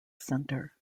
center